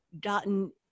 gotten